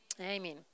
Amen